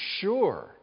sure